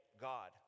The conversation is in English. God